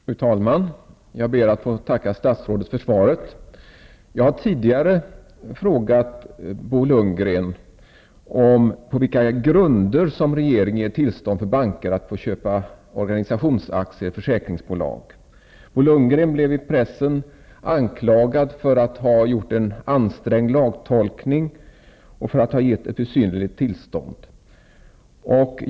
Fru talman! Jag ber att få tacka statsrådet för svaret. Jag har tidigare frågat Bo Lundgren på vilka grunder regeringen ger tillstånd till banker att få köpa organisationsaktier i ett försäkringsbolag. Bo Lundgren blev i pressen anklagad för att ha gjort en ansträngd lagtolk ning och för att ha gett ett besynnerligt tillstånd.